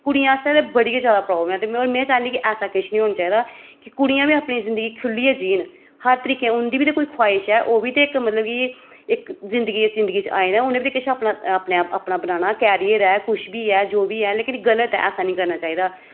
कुड़ियें आस्तै ते बड़ी गै ज्यादा प्राब्लम ऐ ते और में चाहन्नीं ऐसा किश निं होना चाहिदा कि कुडियां बी अपनी जिंदगी खु'ल्लियै जीन हर तरीके उंदी बी ते कोई ख्वाइश ऐ ओ बी ते इक मतलब कि जिंदगी इस जिंदगी च आए न उ'नें बी ते अपना अपने अपना बनाना कैरियर ऐ कुछ बी ऐ जो बी ऐ लेकिन गलत ऐ ऐसा नेईं करना चाहिदा